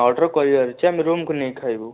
order କରିବାର ଅଛି ଆମେ ରୁମକୁ ନେଇ ଖାଇବୁ